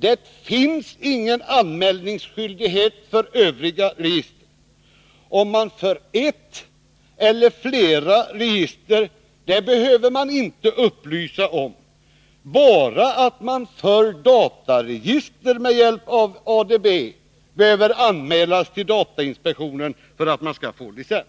Det finns ingen anmälningsskyldighet för övriga register. Man behöver inte upplysa om huruvida man för ett eller flera register. Bara att man för dataregister med hjälp av ADB behöver anmälas till datainspektionen för att man skall få licens.